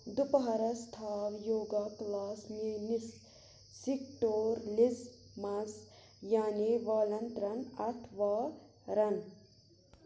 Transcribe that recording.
دَُپہرَس تھاو یوگا کٕلاس میٛٲنِس سِکٹورلِس منٛز یعنی والن ترٛن اَتھوارَن